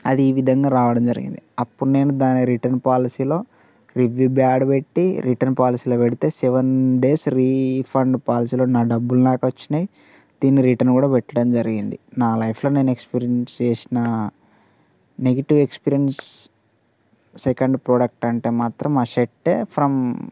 అది ఈ విధంగా రావడం జరిగింది అప్పుడు నేను దాని రిటర్న్ పాలసీలో రివ్యూ బ్యాడ్ పెట్టి రిటర్న్ పాలసీలో పెడితే సెవెన్ డేస్ రీఫండ్ పాలసీలో నా డబ్బులు నాకు వచ్చినాయి దీన్ని రిటర్న్ కూడా పెట్టడం జరిగింది నా లైఫ్లో నేను ఎక్స్పీరియన్స్ చేసిన నెగిటివ్ ఎక్స్పీరియన్స్ సెకండ్ ప్రోడక్ట్ అంటే మాత్రం ఆ షర్టే ఫ్రం